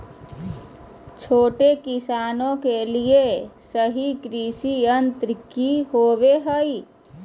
छोटे किसानों के लिए सही कृषि यंत्र कि होवय हैय?